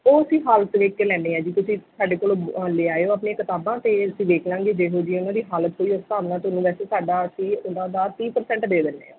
ਉਹ ਅਸੀਂ ਹਾਲਤ ਵੇਖ ਕੇ ਲੈਂਦੇ ਹਾਂ ਜੀ ਤੁਸੀਂ ਸਾਡੇ ਕੋਲ ਲੈ ਆਇਓ ਆਪਣੀਆਂ ਕਿਤਾਬਾਂ ਅਤੇ ਅਸੀਂ ਦੇਖ ਲਵਾਂਗੇ ਜਿਹੋ ਜਿਹੀ ਉਹਨਾਂ ਦੀ ਹਾਲਤ ਹੋਈ ਉਸ ਹਿਸਾਬ ਨਾਲ ਤੁਹਾਨੂੰ ਵੈਸੇ ਸਾਡਾ ਤੀਹ ਉਹਨਾਂ ਦਾ ਤੀਹ ਪਰਸੈਂਟ ਦੇ ਦਿੰਦੇ ਹਾਂ